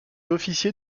officier